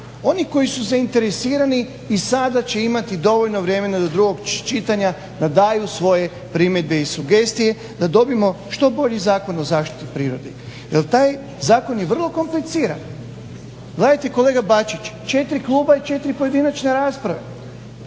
Oni koji su zainteresirani i sada će imati dovoljno vremena do drugog čitanja da daju svoje primjedbe i sugestije, da dobijemo što bolji Zakon o zaštiti prirode jer taj zakon je vrlo kompliciran. Gledajte kolega Bačić, četiri kluba i četiri pojedinačne rasprave.